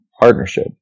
partnership